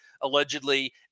allegedly